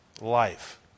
life